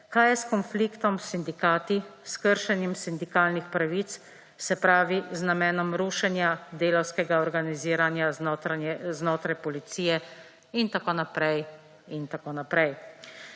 Kaj je s konfliktom s sindikati, s kršenjem sindikalnih pravic, se pravi z namenom rušenja delavskega organiziranja znotraj policije? In tako naprej